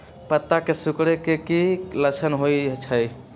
पत्ता के सिकुड़े के की लक्षण होइ छइ?